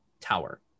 tower